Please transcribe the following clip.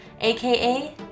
aka